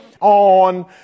on